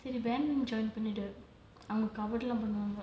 band join பண்ணிடு அவங்க:pannidu avanga cover லாம் பண்ணுவாங்க:laam pannuvaanga